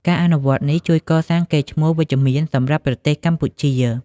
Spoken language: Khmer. ការអនុវត្តនេះជួយកសាងកេរ្តិ៍ឈ្មោះវិជ្ជមានសម្រាប់ប្រទេសកម្ពុជា។